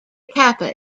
kappa